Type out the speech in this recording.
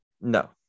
No